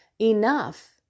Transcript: enough